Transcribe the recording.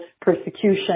persecution